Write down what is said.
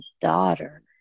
daughter